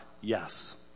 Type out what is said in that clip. yes